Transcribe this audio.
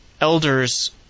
elders